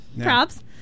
Props